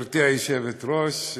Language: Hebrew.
גברתי היושבת-ראש,